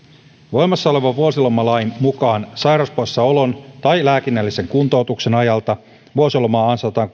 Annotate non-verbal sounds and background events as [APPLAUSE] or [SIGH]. voimassa olevan vuosilomalain mukaan sairauspoissaolon tai lääkinnällisen kuntoutuksen ajalta vuosilomaa ansaitaan [UNINTELLIGIBLE]